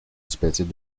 especies